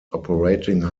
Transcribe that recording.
operating